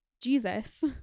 jesus